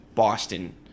boston